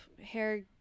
hair